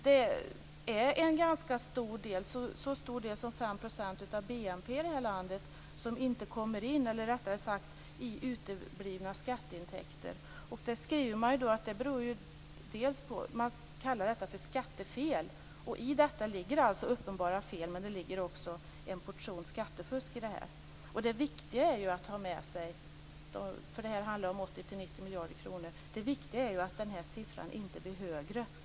Det finns en ganska stor del - så stor del som 5 % av BNP här i landet - uteblivna skatteintäkter. Man kallar detta för skattefel. I detta ligger uppenbara fel men också en portion skattefusk. Det viktiga är - det handlar om 80-90 miljarder kronor - att denna siffra inte blir högre.